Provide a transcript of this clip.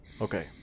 okay